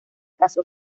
casó